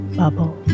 bubble